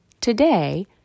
Today